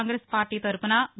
Congress party తరపున వి